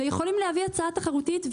ויכולים להביא הצעה תחרותית,